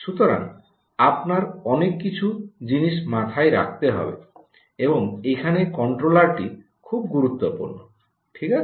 সুতরাং আপনার অনেক কিছু জিনিস মাথায় রাখতে হবে এবং এখানে কন্ট্রোলারটি খুব গুরুত্বপূর্ণ ঠিক আছে